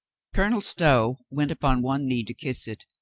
colonel stow went upon one knee to kiss it,